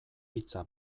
hitza